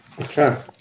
Okay